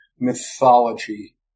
mythology